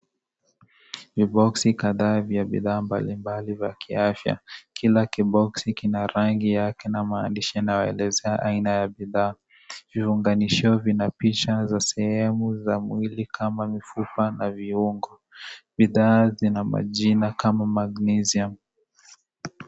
Viboksi kadhaa vya bidhaa mbalimbali vya kiafya, kila kiboksi kina rangi yake na maandishi yanayoelezea aina ya bidhaa, viunganisho vina picha vya sehumu ya mwili kama mifupa na viungo bidhaa zina majina kama Magnesium.